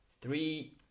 three